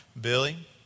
Billy